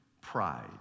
pride